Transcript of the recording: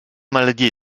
maladie